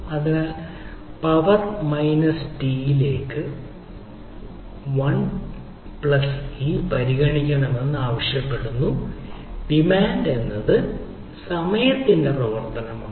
അതിനാൽ power minus ടിയിലേക്ക് 1 plus e പരിഗണിക്കണമെന്ന് ആവശ്യപ്പെടുക ഡിമാൻഡ് എന്നത് സമയത്തിന്റെ പ്രവർത്തനമാണ്